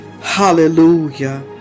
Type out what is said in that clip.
Hallelujah